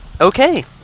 Okay